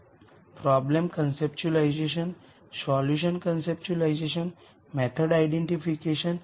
linear algebra ભાગોનો ઉપયોગ regression એનાલિસિસમાં કરવામાં આવશે જે તમે આ કોર્સના ભાગ રૂપે જોશો